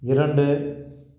இரண்டு